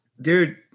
Dude